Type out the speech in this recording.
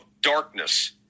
darkness